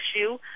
issue